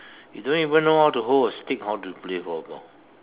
you don't even know how to hold a stick how to play floorball